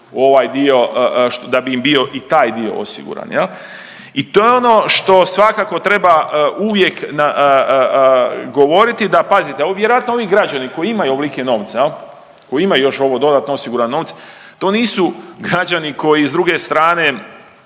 da bi im bio i taj dio osiguran jel. I to je ono što svakako treba uvijek govoriti da, pazite, vjerojatno ovi građani koji imaju ovlike novce jel, koji imaju još ovo dodatno osigurane novce, to nisu građani koji s druge strane